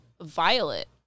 Violet